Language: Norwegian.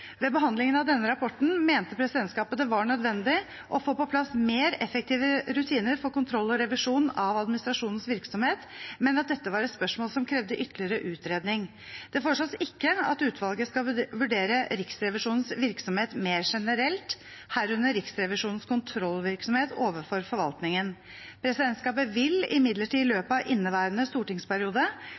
Ved behandlingen av denne rapporten mente presidentskapet det var nødvendig å få på plass mer effektive rutiner for kontroll og revisjon av administrasjonens virksomhet, men at dette var et spørsmål som krevde ytterligere utredning. Det foreslås ikke at utvalget skal vurdere Riksrevisjonens virksomhet mer generelt, herunder Riksrevisjonens kontrollvirksomhet overfor forvaltningen. Presidentskapet vil imidlertid i løpet av inneværende stortingsperiode